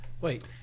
Wait